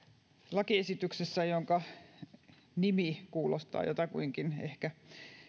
lakiesityksessä jonka nimi kuulostaa jotakuinkin ehkä